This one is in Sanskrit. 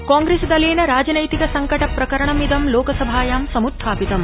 कांग्रेसदलेन राजनैतिक संकट प्रकरणमिदं लोकसभायां सम्त्थापितम्